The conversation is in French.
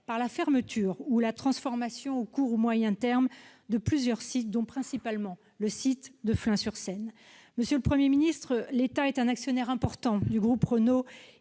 par la fermeture ou la transformation à court ou moyen terme de plusieurs sites, dont celui de Flins-sur-Seine principalement. Monsieur le Premier ministre, l'État est un actionnaire important du groupe Renault,